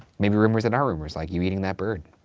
maybe rumors that aren't rumors, like you eating that bird.